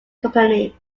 company